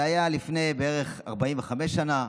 זה היה בערך לפני 45 שנה.